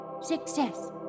success